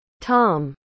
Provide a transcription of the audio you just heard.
Tom